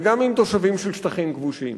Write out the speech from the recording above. וגם עם תושבים של שטחים כבושים.